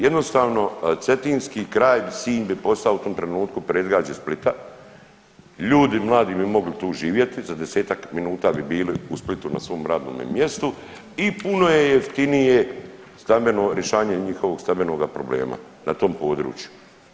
Jednostavno Cetinski kraj, Sinj bi postao u tom trenutku predgrađe Splita, ljudi mladi bi mogli tu živjeti, za desetak minuta bi bili u Splitu na svome radnome mjestu i puno je jeftinije stambeno rješavanje njihovog stambenoga problema na tom području.